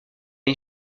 une